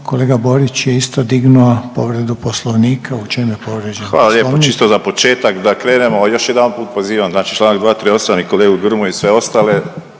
Kolega Borić je isto dignuo povredu poslovnika. U čem je povrijeđen poslovnik? **Borić, Josip (HDZ)** Hvala lijepo. Čisto za početak da krenemo još jedanput pozivam znači čl. 238. i kolegu Grmoju i sve ostale